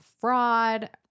fraud